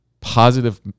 positive